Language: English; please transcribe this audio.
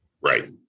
Right